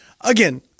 again